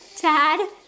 Dad